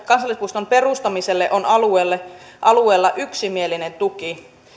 kansallispuiston perustamiselle on alueella yksimielinen tuki